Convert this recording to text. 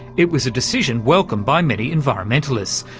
it was a decision welcomed by many environmentalists,